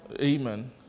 Amen